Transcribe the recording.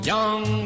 Young